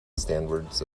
standards